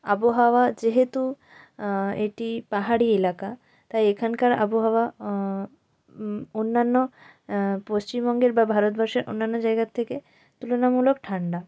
আবহাওয়া যেহেতু এটি পাহাড়ি এলাকা তাই এখানকার আবহাওয়া অন্যান্য পশ্চিমবঙ্গের বা ভারতবর্ষের অন্যান্য জায়গার থেকে তুলনামূলক ঠান্ডা